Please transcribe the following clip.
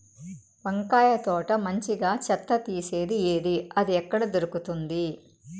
వంకాయ తోట మంచిగా చెత్త తీసేది ఏది? అది ఎక్కడ దొరుకుతుంది?